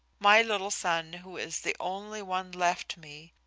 my little son, who is the only one left me,